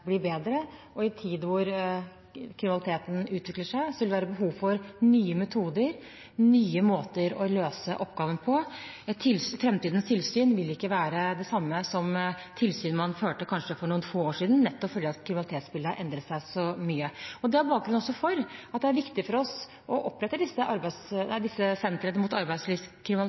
bedre, og i en tid da kriminaliteten utvikler seg, vil det være behov for nye metoder og nye måter å løse oppgaven på. Fremtidens tilsyn vil ikke være det samme som tilsyn man førte for kanskje noen få år siden, nettopp fordi kriminalitetsbildet har endret seg så mye. Det er også bakgrunnen for at det er viktig for oss å opprette disse sentrene mot arbeidslivskriminalitet,